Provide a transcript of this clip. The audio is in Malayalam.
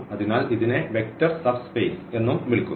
അതിനാൽ ഇതിനെ വെക്റ്റർ സബ്സ്പേസ് എന്നും വിളിക്കുന്നു